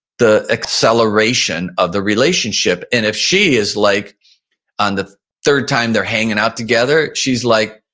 the acceleration of the relationship and if she is like on the third time they're hanging out together, she's like,